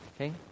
Okay